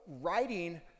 writing